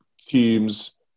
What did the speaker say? teams